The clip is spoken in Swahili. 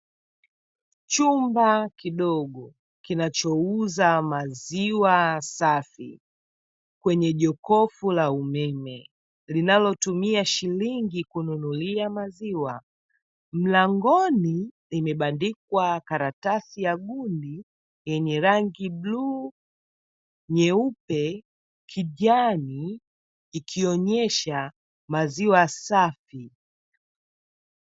Chumba kidogo, kinachouza maziwa safi kwenye jokofu la umeme, linalotumia shilingi kununulia maziwa. Mlangoni limebandikwa karatasi ya gundi yenye rangi; bluu, nyeupe, kijani ikionyesha maziwa safi.